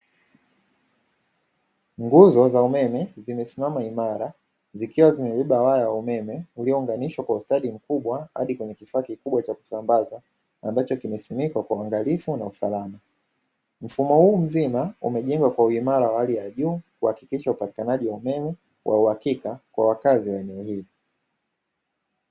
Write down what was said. Nguzo za umeme zimesimama imara zikiwa zimebeba waya wa umeme uliounganishwa kwa ustadi mkubwa hadi kwenye kifaa kikubwa cha kusambaza, ambacho kimesimikwa kwa uangalifu na usalama, mfumo huu mzima umejengwa kwa uimara wa hali ya juu kuhakikisha upatikanaji wa umeme wa uhakika kwa wakazi wa eneo hili.